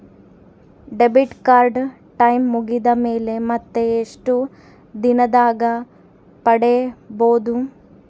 Debit card time ಮುಗಿದ ಮೇಲೆ ಮತ್ತೆ ಎಷ್ಟು ದಿನದಾಗ ಪಡೇಬೋದು?